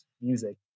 music